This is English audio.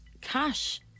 cash